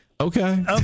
Okay